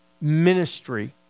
ministry